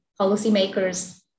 policymakers